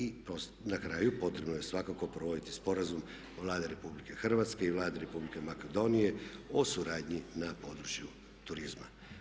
I nakraju potrebno je svakako provoditi sporazum Vlade RH i Vlade Republike Makedonije o suradnji na području turizma.